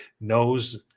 knows